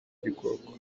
igikoko